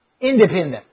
independent